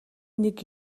нэг